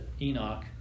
Enoch